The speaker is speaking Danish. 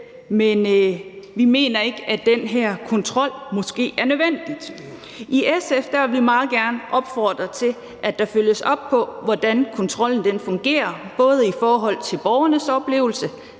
men vi mener ikke, at den her kontrol måske er nødvendig. I SF vil vi meget gerne opfordre til, at der følges op på, hvordan kontrollen fungerer, både i forhold til borgernes oplevelse